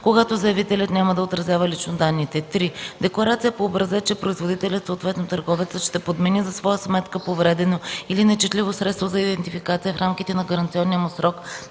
когато заявителят няма да отразява лично данните; 3. декларация по образец, че производителят, съответно търговецът ще подмени за своя сметка повредено или нечетливо средство за идентификация в рамките на гаранционния му срок